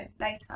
later